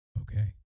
okay